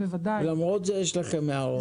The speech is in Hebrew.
ולמרות זה יש לכם הערות.